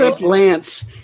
Lance